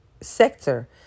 sector